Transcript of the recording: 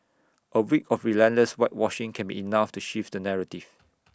A week of relentless whitewashing can be enough to shift the narrative